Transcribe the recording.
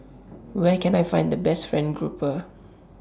Where Can I Find The Best Fried Grouper